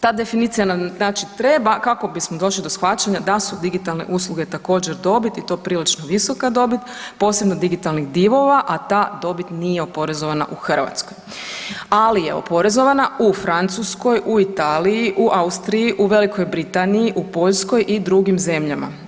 Ta definicija nam znači treba kako bismo došli do shvaćanja da su digitalne usluge također dobit i to prilično visoka dobit, posebno digitalnih divova, a ta dobit nije oporezovana u Hrvatskoj, ali je oporezovana u Francuskoj, u Italiji, u Austriji, u Velikoj Britaniji, u Poljskoj i drugim zemljama.